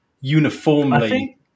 uniformly